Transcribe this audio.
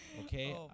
Okay